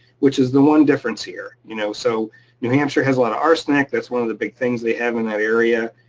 which is the one difference here. you know so new hampshire has a lot of arsenic. that's one of the big things they have in that area,